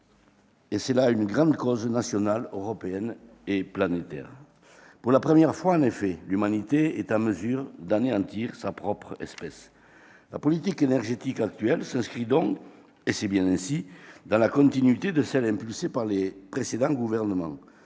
et c'est là une grande cause nationale, européenne et planétaire. Pour la première fois en effet, l'humanité est en mesure d'anéantir sa propre espèce. La politique énergétique actuelle s'inscrit donc, et c'est bien ainsi, dans la continuité de celle qui a été impulsée par les précédents gouvernements.